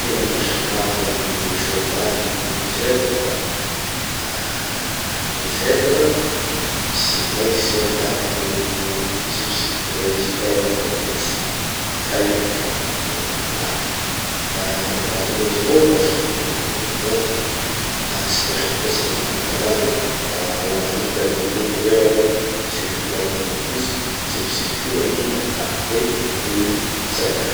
Gny tena maha samy hafa gny sovaly vo gny zebra da, ah gny zebra tsy maintsy ahitava loko mitsipitsipiky zay izy, mainty vo fotsy, zay gny mampiavaky anazy volohany malaky. Fa gny vatan'izy ro da samy mitovitovy egny avao aloha. Ah tsy de haiko loatsy gny magnavaky anazy fa vo mahita an'izay loko zay aloha, mitsipiky mainty vo fotsy, mitsipitsipiky io gn'ahiny da<glitch>fa hoe igny zebra.